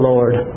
Lord